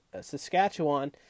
Saskatchewan